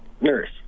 nurse